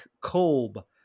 Kolb